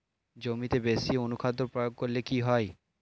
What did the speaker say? জমিতে বেশি অনুখাদ্য প্রয়োগ করলে কি হয়?